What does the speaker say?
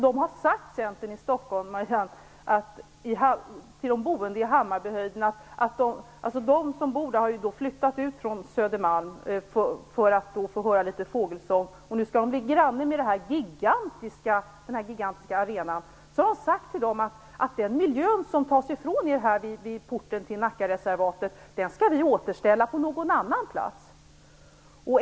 De som bor i Hammarbyhöjden har flyttat ut från Södermalm för att få höra litet fågelsång, och nu skall de bli grannar med den här gigantiska arenan. Centern i Stockholm har då sagt till dem att den miljö som tas ifrån dem vid porten till Nackareservatet skall man återställa på någon annan plats.